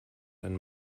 ein